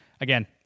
again